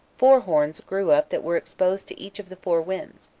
four horns grew up that were exposed to each of the four winds,